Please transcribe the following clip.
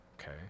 okay